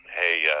Hey